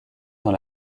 dans